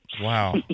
Wow